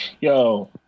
Yo